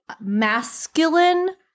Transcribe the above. masculine